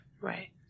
Right